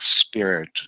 spirit